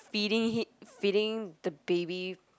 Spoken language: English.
feeding him feeding the baby